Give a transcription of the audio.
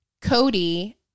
Cody